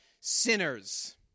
sinners